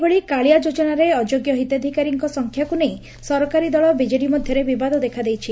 ସେହିଭଳି କାଳିଆ ଯୋଜନାରେ ଅଯୋଗ୍ୟ ହିଡାଧିକାରୀଙ୍କ ସଂଖ୍ୟାକୁ ନେଇ ସରକାରୀ ଦଳ ବିଜେଡି ମଧ୍ଘରେ ବିବାଦ ଦେଖାଦେଇଛି